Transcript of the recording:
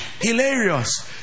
Hilarious